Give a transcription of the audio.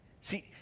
See